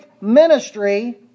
ministry